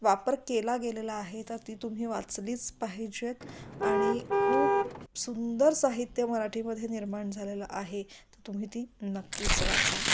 वापर केला गेलेला आहे तर ती तुम्ही वाचलीच पाहिजेत आणि खूप सुंदर साहित्य मराठीमध्ये निर्माण झालेलं आहे तर तुम्ही ती नक्कीच वाचा